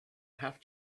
have